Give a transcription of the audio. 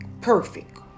perfect